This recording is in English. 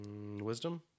Wisdom